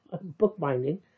bookbinding